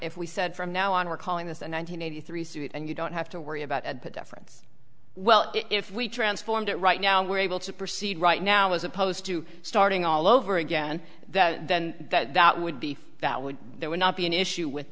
if we said from now on we're calling this a nine hundred eighty three suit and you don't have to worry about the difference well if we transformed it right now we're able to proceed right now as opposed to starting all over again and that would be that would there would not be an issue with